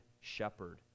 shepherd